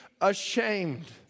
ashamed